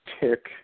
tick